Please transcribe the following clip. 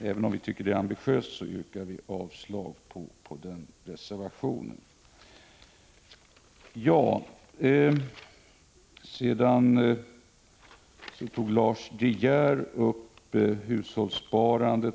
Även om vi tycker att förslaget är ambitiöst, yrkar vi alltså avslag på reservationen. Även Lars De Geer och Britta Hammarbacken